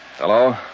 Hello